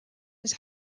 was